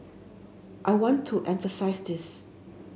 I want to emphasise this